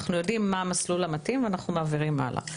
אנחנו יודעים מה המסלול המתאים ואנחנו מעבירים הלאה.